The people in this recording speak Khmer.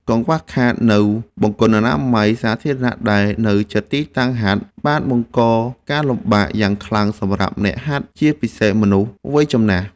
កង្វះខាតនូវបង្គន់អនាម័យសាធារណៈដែលនៅជិតទីតាំងហាត់ បានបង្កការលំបាកយ៉ាងខ្លាំងសម្រាប់អ្នកហាត់ ជាពិសេសមនុស្សវ័យចំណាស់។